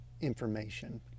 information